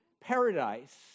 paradise